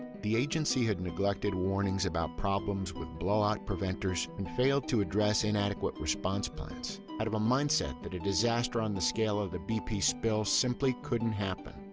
the agency had neglected warnings about problems with blowout preventors and failed to address inadequate response plans, out of a mind-set that a disaster on the scale of the bp spill simply couldn't happen.